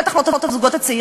בטח לא את הזוגות הצעירים,